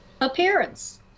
appearance